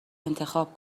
انتخاب